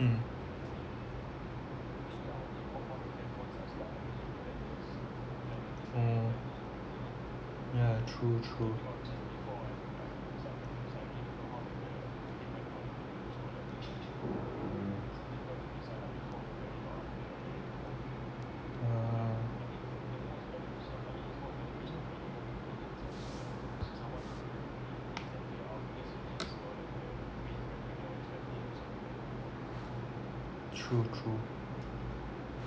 mm oh yeah true true ah true true